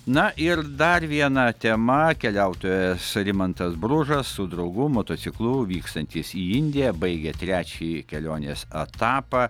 na ir dar viena tema keliautojas rimantas bružas su draugu motociklu vykstantys į indiją baigia trečiąjį kelionės etapą